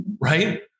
right